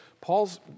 Paul's